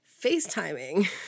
FaceTiming